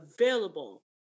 available